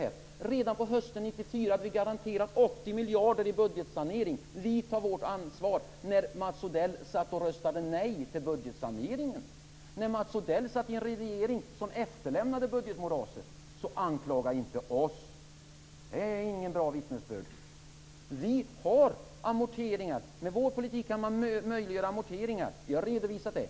Redan på hösten 1994 hade vi garanterat 80 miljarder i budgetsanering. Vi tog vårt ansvar när Mats Odell satt och röstade nej till budgetsaneringen, när Mats Odell satt i den regering som efterlämnade budgetmoraset. Så anklaga inte oss; det är inget bra vittnesbörd. Vi har amorteringar. Med vår politik kan man möjliggöra amorteringar. Vi har redovisat det.